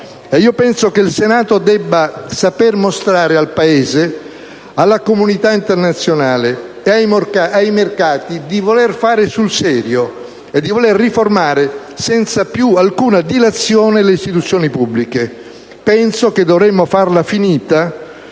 Penso che il Senato debba saper mostrare al Paese, alla comunità internazionale e ai mercati di voler fare sul serio, di voler riformare senza più alcuna dilazione le istituzioni pubbliche. Penso che dovremmo farla finita